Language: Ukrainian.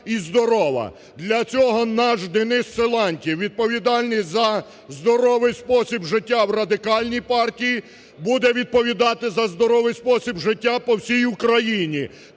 Для цього наш Денис Силантьєв, відповідальний за здоровий спосіб життя в Радикальній партії, буде відповідати за здоровий спосіб життя по всій Україні,